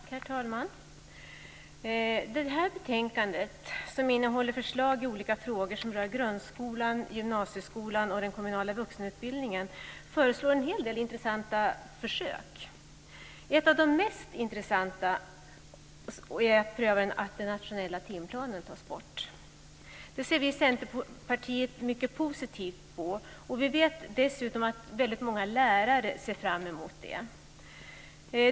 Herr talman! I detta betänkande, som innehåller förslag i olika frågor som rör grundskolan, gymnasieskolan och den kommunala vuxenutbildningen, föreslås en hel del intressanta försök. Ett av de mest intressanta är att man ska pröva om den nationella timplanen kan tas bort. Det ser vi i Centerpartiet som mycket positivt, och vi vet dessutom att många lärare ser fram mot detta.